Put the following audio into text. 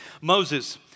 Moses